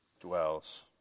dwells